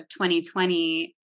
2020